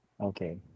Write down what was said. Okay